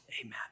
amen